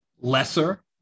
lesser